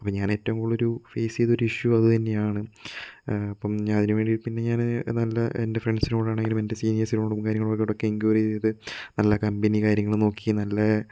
അപ്പോൾ ഞാനെറ്റവും കൂടുതല് ഒരു ഫേസ് ചെയ്ത ഒരിഷ്യു അത് തന്നെയാണ് അപ്പം ഞാ അതിനുവേണ്ടി പിന്നെ ഞാന് നല്ല എന്റെ ഫ്രണ്ട്സിനോടാണേലും എന്റെ സീനിയേഴ്സിനോടും കാര്യങ്ങളോടൊക്കെ എൻക്വയറി ചെയ്ത് നല്ല കമ്പനി കാര്യങ്ങള് നോക്കി നല്ല